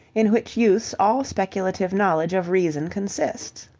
in which use all speculative knowledge of reason consists.